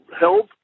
help